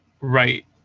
Right